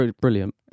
brilliant